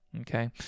okay